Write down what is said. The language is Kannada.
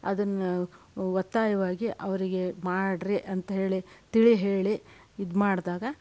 ಅದನ್ನು ಒತ್ತಾಯವಾಗಿ ಅವರಿಗೆ ಮಾಡ್ರಿ ಅಂತ ಹೇಳಿ ತಿಳಿ ಹೇಳಿ ಇದು ಮಾಡಿದಾಗ